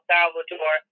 Salvador